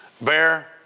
bear